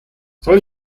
soll